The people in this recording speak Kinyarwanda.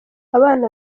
abana